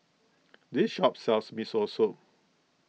this shop sells Miso Soup